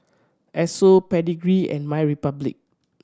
Esso Pedigree and MyRepublic